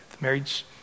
Marriage